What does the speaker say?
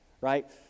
right